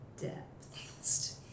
depth